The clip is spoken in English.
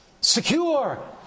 secure